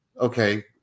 okay